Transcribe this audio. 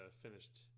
finished